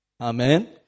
Amen